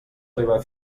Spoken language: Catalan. arribar